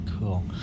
cool